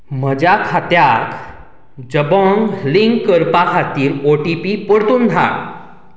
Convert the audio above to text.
म्हज्या खात्याक जबोंग लिंक करपा खातीर ओ टी पी परतून धाड